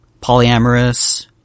polyamorous